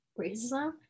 racism